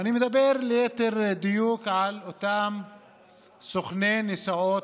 אני מדבר ליתר דיוק על אותם סוכני נסיעות,